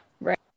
Right